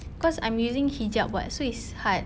cause I'm using hijab [what] so it's hard